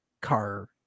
car